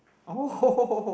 oh